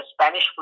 Spanish